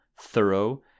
thorough